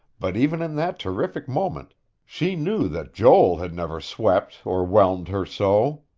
but even in that terrific moment she knew that joel had never swept or whelmed her so.